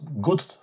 good